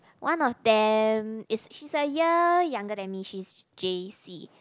one of them is she's a year younger than me she's J_C